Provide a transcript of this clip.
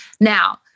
Now